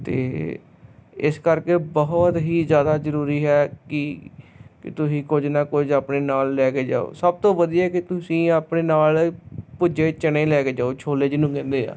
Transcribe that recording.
ਅਤੇ ਇਸ ਕਰਕੇ ਬਹੁਤ ਹੀ ਜ਼ਿਆਦਾ ਜ਼ਰੂਰੀ ਹੈ ਕਿ ਤੁਸੀਂ ਕੁਝ ਨਾ ਕੁਝ ਆਪਣੇ ਨਾਲ ਲੈ ਕੇ ਜਾਓ ਸਭ ਤੋਂ ਵਧੀਆ ਕਿ ਤੁਸੀਂ ਆਪਣੇ ਨਾਲ ਭੁੱਜੇ ਚਨੇ ਲੈ ਕੇ ਜਾਓ ਛੋਲੇ ਜਿਹਨੂੰ ਕਹਿੰਦੇ ਆ